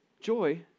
Joy